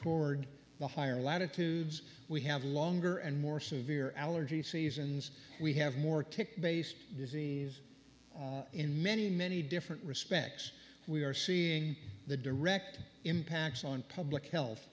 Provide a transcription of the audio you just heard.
toward the higher latitudes we have longer and more severe allergy seasons we have more tick based disease in many many different respects we are seeing the direct impacts on public health